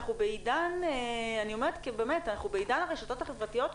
אנחנו בעידן הרשתות החברתיות,